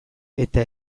eta